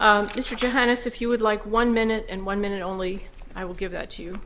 us if you would like one minute and one minute only i would give that to